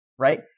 right